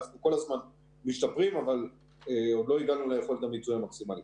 אנחנו כל הזמן משתפרים אבל עוד לא הגענו ליכולת המיצוי המקסימלית.